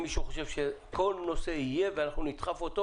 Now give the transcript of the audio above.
כל נושא יהיה ואנחנו נדחוף אותו.